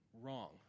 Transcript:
wrong